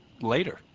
later